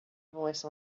voice